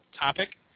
topic